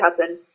happen